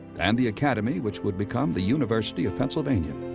and the academy which would become the university of pennsylvania.